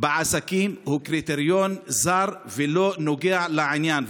בעסקים הוא קריטריון זר ולא נוגע לעניין.